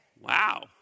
Wow